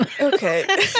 Okay